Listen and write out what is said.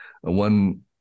One